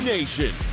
Nation